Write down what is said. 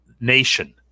nation